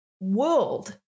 world